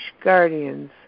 guardians